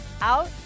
Out